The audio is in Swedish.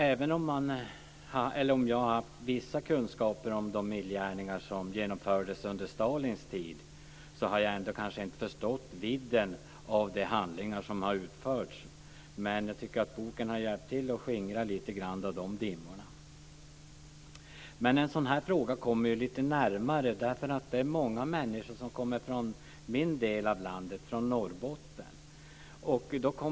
Även om jag har haft vissa kunskaper om de illgärningar som genomfördes under Stalins tid har jag kanske inte förstått vidden av de handlingar som utfördes. Jag tycker att boken har hjälpt till att skingra dimmorna. En sådan här fråga kommer plötsligt närmare när den berör många människor som kommer från min del av landet, från Norrbotten.